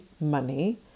money